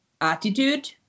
attitude